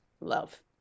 love